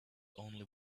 only